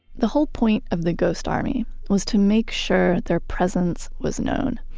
the whole point of the ghost army was to make sure their presence was known.